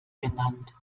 genannt